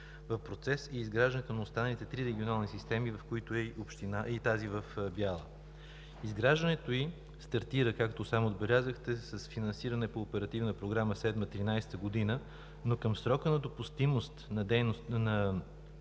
В процес е изграждането на останалите три регионални системи, в които е и тази в Бяла. Изграждането ѝ стартира, както сам отбелязахте, с финансиране по Оперативна програма 2007 – 2013 г., но към срока на допустимост на дейностите,